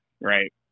right